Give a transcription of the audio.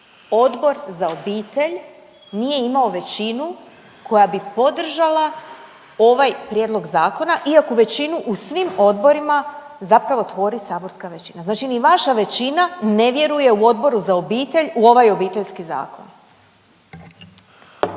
Odbor za obitelj nije imao većinu koja bi podržala ovaj prijedlog zakona iako većinu u svim odborima zapravo tvori saborska većina, znači ni vaša većina ne vjeruje u Odboru za obitelj u ovaj Obiteljski zakon.